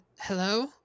hello